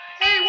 Hey